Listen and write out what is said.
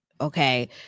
Okay